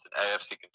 AFC